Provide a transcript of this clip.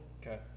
Okay